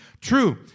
True